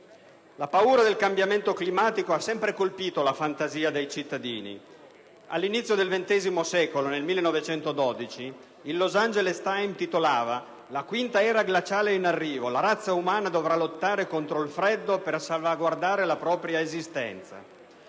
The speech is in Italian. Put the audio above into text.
La paura del cambiamento climatico ha da sempre colpito la fantasia dei cittadini: all'inizio del Ventesimo secolo, nel 1912, il "Los Angeles Times" titolava: «La quinta era glaciale è in arrivo: la razza umana dovrà lottare contro il freddo per salvaguardare la propria esistenza».